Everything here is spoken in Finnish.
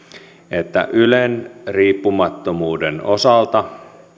että ylen riippumattomuuden osalta